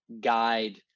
guide